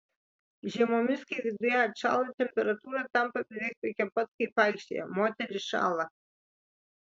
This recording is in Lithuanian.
žiemomis kai viduje atšąla temperatūra tampa beveik tokia pat kaip aikštėje moterys šąla